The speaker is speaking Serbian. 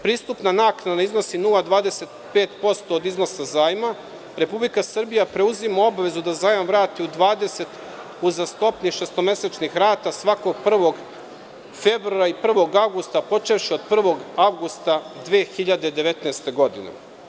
Pristupna naknada iznosi 0,25% od iznosa zajma, Republika Srbija preuzima obavezu da zajam vrati u 20 uzastopnih šestomesečnih rata, svakog 1. februara i 1. avgusta, počevši od 1. avgusta 2019. godine.